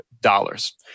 dollars